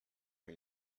why